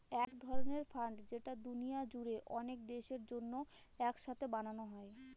এক ধরনের ফান্ড যেটা দুনিয়া জুড়ে অনেক দেশের জন্য এক সাথে বানানো হয়